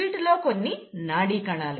వీటిలో కొన్ని నాడీ కణాలు